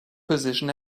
position